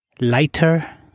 Lighter